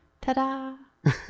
Ta-da